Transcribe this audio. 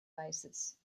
basis